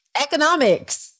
Economics